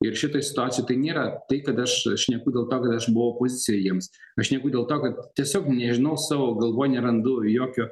ir šitoj situacijoj tai nėra tai kad aš šneku dėl to kad aš buvau opozicijoj jiems aš šneku dėl to kad tiesiog nežinau savo galvoj nerandu jokio